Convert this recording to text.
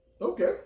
Okay